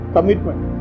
Commitment